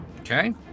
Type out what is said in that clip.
Okay